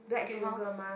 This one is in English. Etude-House